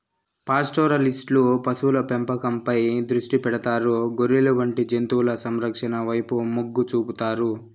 పాస్టోరలిస్టులు పశువుల పెంపకంపై దృష్టి పెడతారు, గొర్రెలు వంటి జంతువుల సంరక్షణ వైపు మొగ్గు చూపుతారు